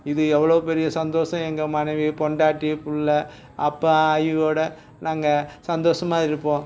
இது எவ்வளவு பெரிய சந்தோஷம் எங்கள் மனைவி பொண்டாட்டி பிள்ள அப்பா ஆயியோட நாங்கள் சந்தோஷமாக இருப்போம்